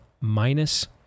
minus